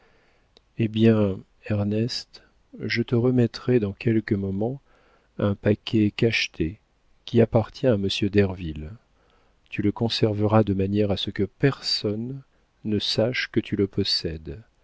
eh bien ernest je te remettrai dans quelques moments un paquet cacheté qui appartient à monsieur derville tu le conserveras de manière que personne ne sache que tu le possèdes